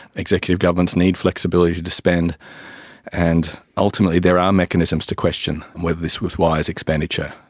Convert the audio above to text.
executive governments need flexibility to to spend and ultimately there are mechanisms to question whether this was wise expenditure.